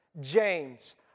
James